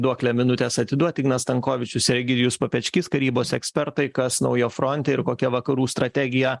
duoklę minutės atiduot ignas stankovičius ir egidijus papečkys karybos ekspertai kas naujo fronte ir kokia vakarų strategija